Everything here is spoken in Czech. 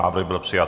Návrh byl přijat.